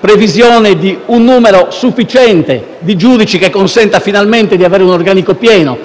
previsione di un numero sufficiente di giudici che consenta finalmente di avere un organico pieno,